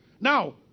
Now